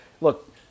look